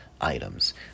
items